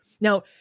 Now